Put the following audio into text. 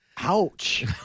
Ouch